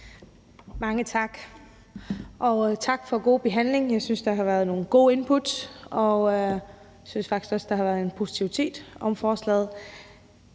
Mange tak. Tak for en god behandling. Jeg synes, at der har været nogle gode input, og jeg synes faktisk også, at der har været en positivitet omkring forslaget.